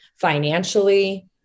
financially